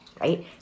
right